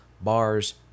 bars